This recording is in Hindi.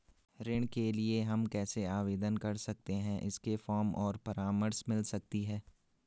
ऋण के लिए हम कैसे आवेदन कर सकते हैं इसके फॉर्म और परामर्श मिल सकती है?